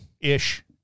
Ish